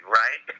right